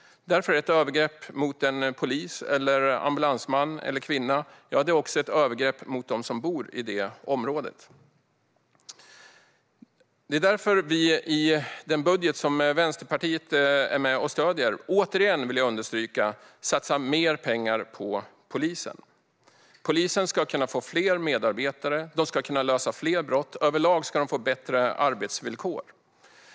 Därför är ett övergrepp mot en polis, en ambulansman eller en ambulanskvinna också ett övergrepp mot dem som bor i området. Det är därför vi i den budget som Vänsterpartiet är med och stöder återigen, vill jag understryka, satsar mer pengar på polisen. Polisen ska kunna få fler medarbetare, kunna lösa fler brott och överlag få bättre arbetsvillkor.